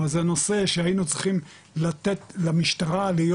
אז זה נושא שהיינו צריכים לתת למשטרה להיות,